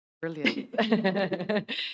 Brilliant